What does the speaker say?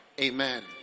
Amen